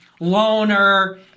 loner